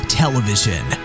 television